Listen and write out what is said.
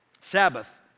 Sabbath